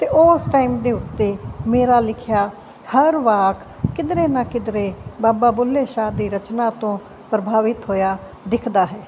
ਅਤੇ ਓਸ ਟਾਈਮ ਦੇ ਉੱਤੇ ਮੇਰਾ ਲਿਖਿਆ ਹਰ ਵਾਕ ਕਿਧਰੇ ਨਾ ਕਿਧਰੇ ਬਾਬਾ ਬੁੱਲ੍ਹੇ ਸ਼ਾਹ ਦੀ ਰਚਨਾ ਤੋਂ ਪ੍ਰਭਾਵਿਤ ਹੋਇਆ ਦਿਖਦਾ ਹੈ